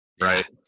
right